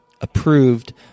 approved